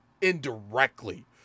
indirectly